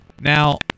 Now